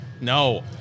No